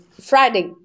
Friday